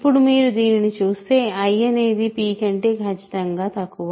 ఇప్పుడు మీరు దీనిని చూస్తే i అనేది p కంటే ఖచ్చితంగా తక్కువ